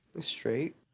straight